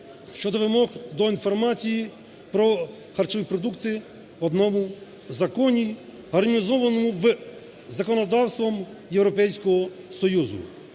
щодо вимог до інформації про харчові продукти в одному законі, гармонізованому із законодавством Європейського Союзу.